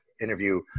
interview